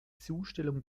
zustellung